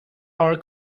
are